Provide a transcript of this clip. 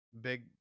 big